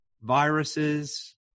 viruses